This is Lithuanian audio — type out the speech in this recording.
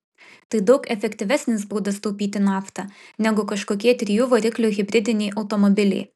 tai daug efektyvesnis būdas taupyti naftą negu kažkokie trijų variklių hibridiniai automobiliai